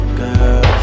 girl